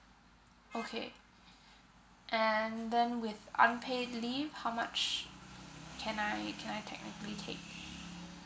okay and then with unpaid leave how much can I can I technically take